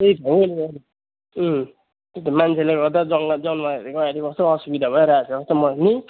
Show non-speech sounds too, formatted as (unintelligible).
त्यही भने नि मैले त्यही त मान्छेले गर्दा जङ्गल जनवारहरूको अहिले कस्तो असुविधा भइरहेछ (unintelligible)